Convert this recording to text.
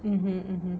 mmhmm mmhmm